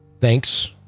Thanks